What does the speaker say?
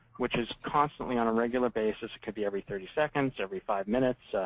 which is constantly on a regular basis. it could be every thirty seconds, every five minutes,